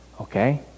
okay